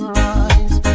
rise